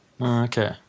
Okay